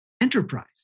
enterprise